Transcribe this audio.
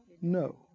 No